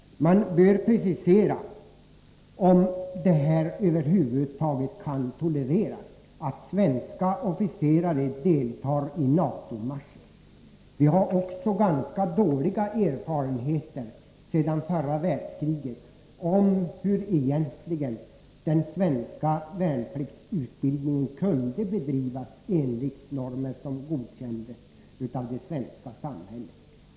Man bör precisera om det över huvud taget kan tolereras att svenska officerare deltar i NATO marscher. Vi har också ganska dåliga erfarenheter sedan förra världskriget av hur den svenska värnpliktsutbildningen då kunde bedrivas enligt normer som god kändes av det svenska samhället.